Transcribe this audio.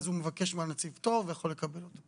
ואז הוא מבקש מהנציב פטור והוא יכול לקבל אותו.